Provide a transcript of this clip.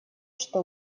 что